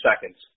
seconds